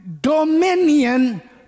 dominion